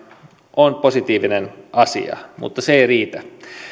on positiivinen asia mutta se ei riitä